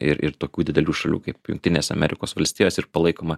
ir ir tokių didelių šalių kaip jungtinės amerikos valstijos ir palaikoma